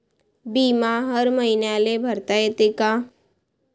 बिमा हर मईन्याले भरता येते का?